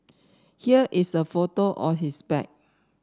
here is a photo of his bag